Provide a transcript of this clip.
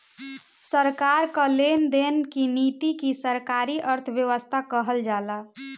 सरकार कअ लेन देन की नीति के सरकारी अर्थव्यवस्था कहल जाला